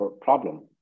problem